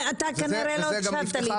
אתה כנראה לא הקשבת לי,